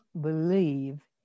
believe